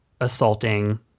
assaulting